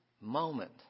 moment